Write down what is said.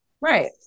right